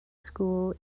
school